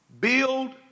Build